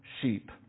sheep